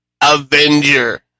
Avenger